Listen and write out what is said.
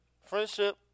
friendship